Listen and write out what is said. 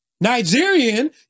Nigerian